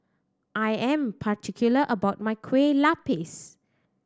I am particular about my Kueh Lapis